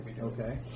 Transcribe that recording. Okay